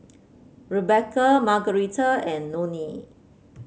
Rebekah Margarita and Nonie